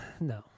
No